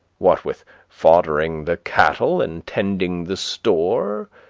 what with foddering the cattle and tending the store,